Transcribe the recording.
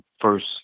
first